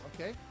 okay